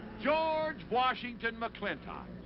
george washington mclintock.